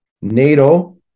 NATO